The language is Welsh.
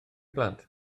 blant